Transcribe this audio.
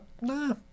nah